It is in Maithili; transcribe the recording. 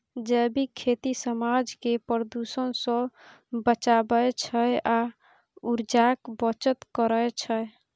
जैबिक खेती समाज केँ प्रदुषण सँ बचाबै छै आ उर्जाक बचत करय छै